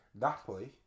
Napoli